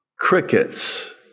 Crickets